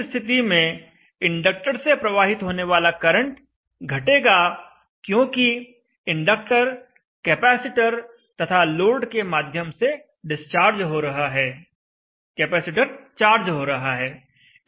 इस स्थिति में इंडक्टर से प्रवाहित होने वाला करंट घटेगा क्योंकि इंडक्टर कैपेसिटर तथा लोड के माध्यम से डिस्चार्ज हो रहा है कैपेसिटर चार्ज हो रहा है